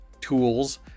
tools